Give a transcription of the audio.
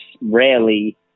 rarely